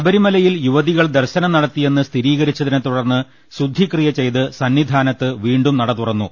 ശബരിമലയിൽ യുവതികൾ ദർശനം നടത്തിയെന്ന് സ്ഥിരീകരിച്ചതിനെ തുടർന്ന് ശുദ്ധിക്രിയ ചെയ്ത് സന്നിധാനത്ത് വീണ്ടും നട തുറന്നു